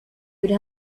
would